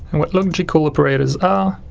and what logical operators ah